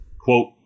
Quote